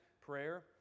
prayer